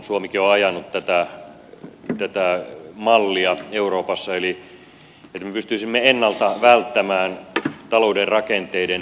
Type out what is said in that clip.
suomikin on ajanut tätä mallia euroopassa että me pystyisimme ennalta välttämään talouden rakenteiden heikentymisen